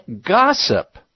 gossip